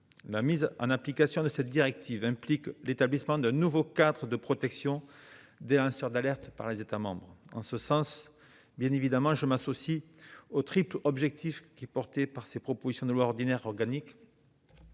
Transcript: La mise en application de cette directive implique l'établissement d'un nouveau cadre de protection des lanceurs d'alerte par les États membres. En ce sens, je m'associe bien évidemment au triple objectif qui est porté par ces propositions de loi ordinaire et organique